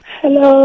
hello